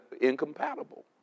incompatible